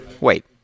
Wait